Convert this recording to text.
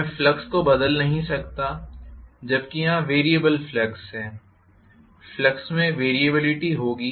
मैं फ्लक्स को बदल नहीं सकता जबकि यहाँ वेरियबल फ्लक्स है फ्लक्स में वेरियबिलिटी होगी